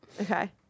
Okay